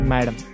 Madam